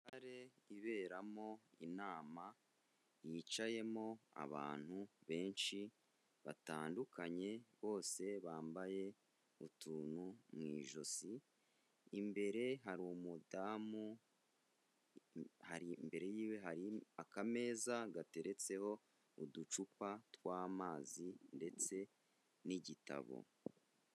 Sare iberamo inama, yicayemo abantu benshi batandukanye bose bambaye utuntu mu ijosi, imbere hari umudamu, hari mbere yiwe hari akameza gateretseho uducupa t'wamazi ndetse n'igitabo.